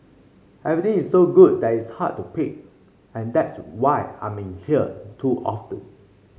everything is so good that it's hard to pick and that's why I'm in here too often